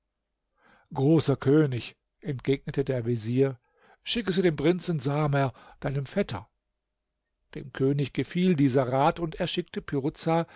großer könig entgegnete der vezier schicke sie dem prinzen samer deinem vetter dem könig gefiel dieser rat und er schickte piruza